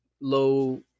low –